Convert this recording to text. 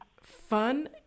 fun